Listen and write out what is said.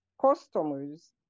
customers